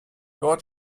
dort